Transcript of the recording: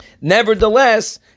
nevertheless